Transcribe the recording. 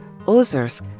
Ozersk